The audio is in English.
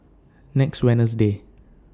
next Wednesday